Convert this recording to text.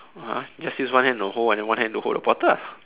no ah just use one hand to hold and then one hand to hold the bottle ah